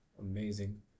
amazing